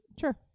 Sure